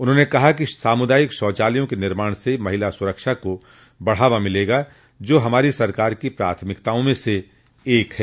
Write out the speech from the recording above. उन्होंने कहा कि सामुदायिक शौचालयों के निर्माण से महिला सुरक्षा को बढ़ावा मिलेगा जो हमारी सरकार की प्राथमिकताओं में से एक है